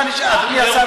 מה נשאר?